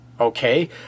okay